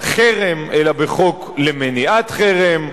חרם אלא בחוק למניעת חרם.